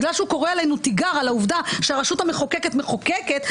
בגלל שהוא קורא תיגר על העובדה שהרשות המחוקקת מחוקקת,